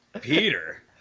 Peter